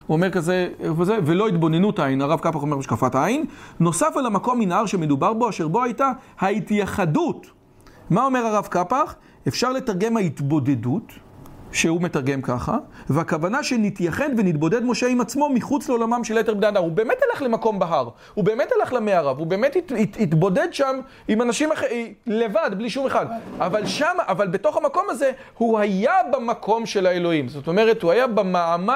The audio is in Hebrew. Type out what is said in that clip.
הוא אומר כזה, ולא התבוננות העין, הרב קפח אומר בשקפת העין. נוסף על המקום מנהר שמדובר בו, אשר בו הייתה ההתייחדות. מה אומר הרב קפח? אפשר לתרגם ההתבודדות, שהוא מתרגם ככה. והכוונה שנתייחד ונתבודד משה עם עצמו מחוץ לעולמם של היתר בני אדם, הוא באמת הלך למקום בהר. הוא באמת הלך למערה, הוא באמת התבודד שם עם אנשים אחרים, לבד, בלי שום אחד. אבל שם, אבל בתוך המקום הזה, הוא היה במקום של האלוהים. זאת אומרת, הוא היה